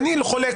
אני חולק.